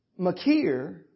Makir